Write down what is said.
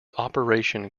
operation